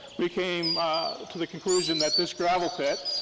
we came to the conclusion that this gravel pit,